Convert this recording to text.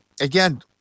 again